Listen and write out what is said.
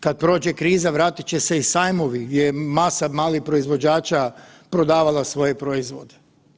Kad prođe kriza vratit će se i sajmovi gdje je masa malih proizvođača prodavala svoje proizvode.